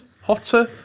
Hotter